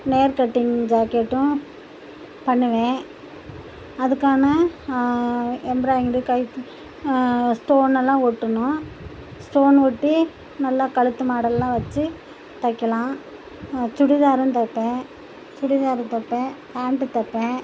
நேர் கட்டிங் ஜாக்கெட்டும் பண்ணுவேன் அதுக்கான எம்ப்ராயிண்டு கைக்கு ஸ்டோன் எல்லாம் ஒட்டணும் ஸ்டோன் ஒட்டி நல்லா கழுத்து மாடெலெல்லாம் வெச்சு தைக்கலாம் சுடிதாரும் தைப்பேன் சுடிதாரு தைப்பேன் பேண்ட்டு தைப்பேன்